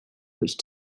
which